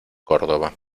córdoba